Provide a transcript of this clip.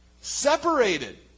separated